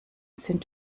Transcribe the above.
sind